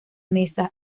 mesa